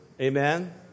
Amen